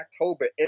October